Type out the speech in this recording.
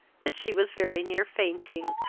that she was very near fainting.